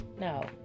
no